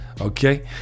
okay